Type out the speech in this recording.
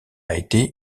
été